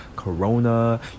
Corona